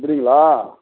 அப்படிங்களா